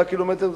8 קילומטר,